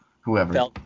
whoever